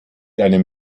einem